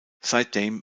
seitdem